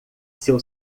seu